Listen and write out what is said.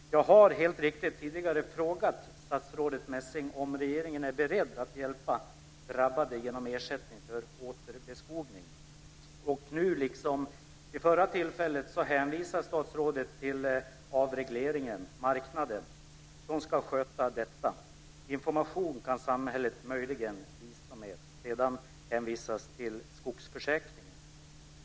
Jag har helt riktigt tidigare frågat statsrådet Messing om regeringen är beredd att hjälpa de drabbade genom ersättning för återbeskogning. Nu, liksom vid förra tillfället, hänvisar statsrådet till avregleringen och marknaden, som ska sköta detta. Information kan möjligen samhället bistå med. Sedan hänvisas till skogsförsäkringen.